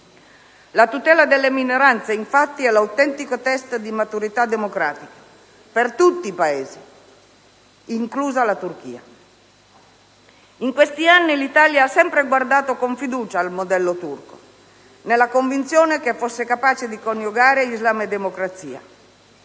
La tutela delle minoranze, infatti, è l'autentico *test* di maturità democratica: per tutti i Paesi, inclusa la Turchia. In questi anni l'Italia ha sempre guardato con fiducia al modello turco, nella convinzione che fosse capace di coniugare islam e democrazia.